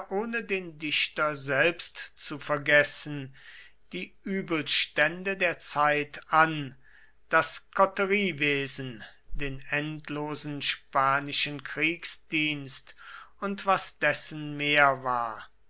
ohne den dichter selbst zu vergessen die übelstände der zeit an das koteriewesen den endlosen spanischen kriegsdienst und was dessen mehr war